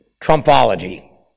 Trumpology